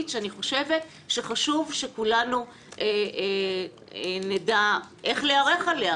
שאני חושבת שחשוב שכולנו נדע איך להיערך אליה,